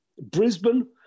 Brisbane